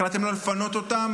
החלטתם לא לפנות אותם,